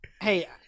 Hey